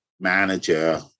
manager